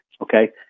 Okay